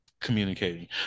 communicating